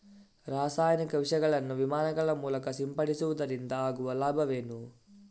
ರಾಸಾಯನಿಕ ವಿಷಗಳನ್ನು ವಿಮಾನಗಳ ಮೂಲಕ ಸಿಂಪಡಿಸುವುದರಿಂದ ಆಗುವ ಲಾಭವೇನು?